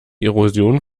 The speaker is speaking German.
erosion